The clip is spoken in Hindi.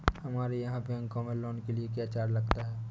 हमारे यहाँ बैंकों में लोन के लिए क्या चार्ज लगता है?